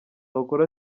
bakora